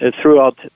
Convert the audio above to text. throughout